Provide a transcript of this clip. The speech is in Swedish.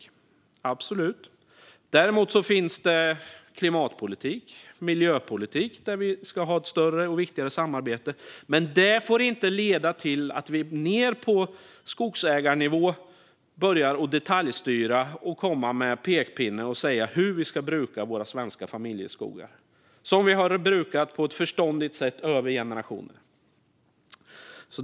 Så är det absolut. Däremot finns klimatpolitik och miljöpolitik, där vi ska ha ett större och viktigare samarbete. Men det får inte leda till att vi ned på skogsägarnivå börjar detaljstyra, komma med pekpinnar och säga hur vi ska bruka våra svenska familjeskogar, som vi har brukat på ett förståndigt sätt i generationer.